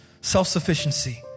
self-sufficiency